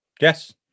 Yes